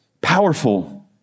powerful